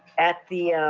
at the